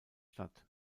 statt